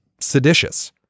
seditious